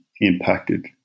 impacted